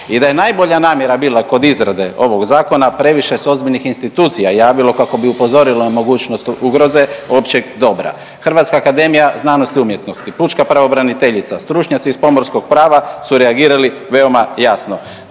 I da je najbolja namjera bila kod izrade ovog zakona previše se ozbiljnih institucija javilo kako bi upozorilo na mogućnost ugroze općeg dobra. Hrvatska akademija znanosti i umjetnosti, pučka pravobraniteljica, stručnjaci iz pomorskog prava su reagirali veoma jasno.